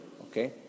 Okay